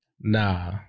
Nah